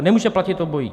Nemůže platit obojí.